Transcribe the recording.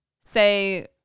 say